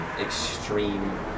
extreme